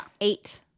Eight